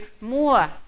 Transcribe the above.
more